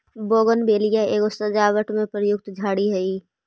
bougainvillea एगो सजावट में प्रयुक्त झाड़ी हई